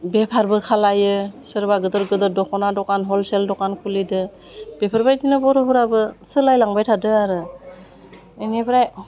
बेफारबो खालायो सोरबा गिदिर गिदिर दख'ना दखान हलसेल दखान खुलिदों बेफोरबायदिनो बर'फोराबो सोलायलांबाय थादों आरो बेनिफ्राय